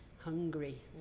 hungry